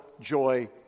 joy